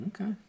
okay